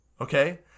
okay